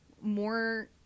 more